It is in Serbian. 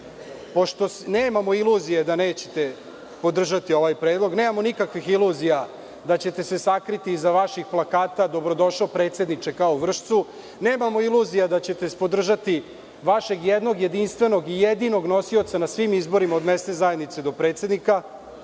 nemamo iluzije da nećete podržati ovaj predlog, nemamo nikakvih iluzija da ćete se sakriti iza vaših plakata – dobrodošao predsedniče, kao u Vršcu, nemamo iluzija da ćete podržati vašeg jednog jedinstvenog i jedinog nosioca na svim izborima od mesne zajednice do predsednika,